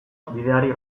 bideari